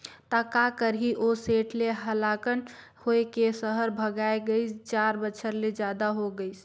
त का करही ओ सेठ ले हलाकान होए के सहर भागय गइस, चार बछर ले जादा हो गइसे